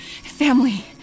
Family